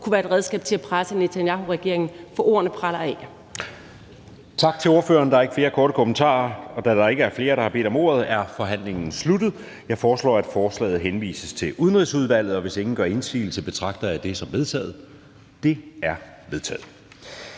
kunne være et redskab til at presse Netanyahuregeringen, for ordene preller af.